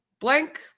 blank